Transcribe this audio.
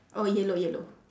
oh yellow yellow